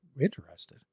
interested